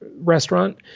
restaurant